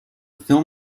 film